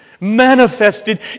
manifested